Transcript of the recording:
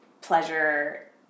pleasure